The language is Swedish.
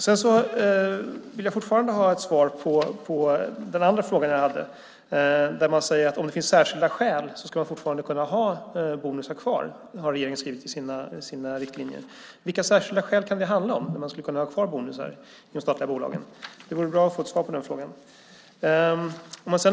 Jag vill fortfarande ha ett svar på den andra frågan jag hade. Finns det särskilda skäl ska man fortfarande kunna ha bonusar kvar i de statliga bolagen, har regeringen skrivit i sina riktlinjer. Vilka särskilda skäl kan det röra sig om? Det vore bra att få ett svar på den frågan.